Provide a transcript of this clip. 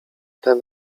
ten